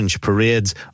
parades